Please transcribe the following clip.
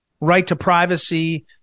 right-to-privacy